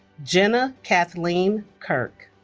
jenna cathleen kirk